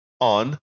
on